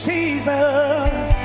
Jesus